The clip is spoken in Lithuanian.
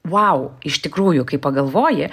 vau iš tikrųjų kai pagalvoji